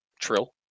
Trill